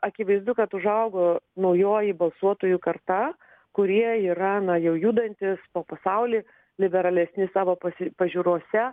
akivaizdu kad užaugo naujoji balsuotojų karta kurie yra na jau judantys po pasaulį liberalesni savo pasi pažiūrose